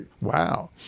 wow